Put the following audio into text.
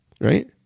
right